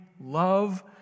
love